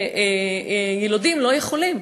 ויילודים לא יכולים.